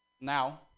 Now